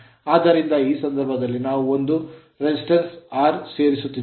ಆದ್ದರಿಂದ ಈ ಸಂದರ್ಭದಲ್ಲಿ ನಾವು ಒಂದು resistance ಪ್ರತಿರೋಧವನ್ನು R ಸೇರಿಸುತ್ತಿದ್ದೇವೆ